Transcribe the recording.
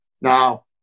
Now